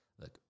look